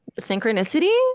synchronicity